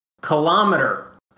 Kilometer